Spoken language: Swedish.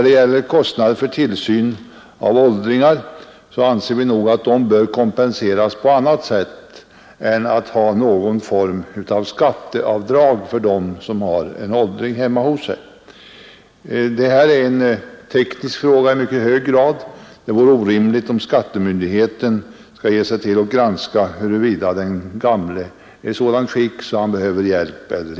De som sköter en åldring hemma anser vi bör kompenseras på något annat sätt än genom skatteavdrag. Det här är i mycket hög grad en teknisk fråga. Det vore orimligt att begära att skattemyndigheterna skall granska huruvida den gamle är i sådant skick att han behöver hjälp.